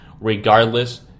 Regardless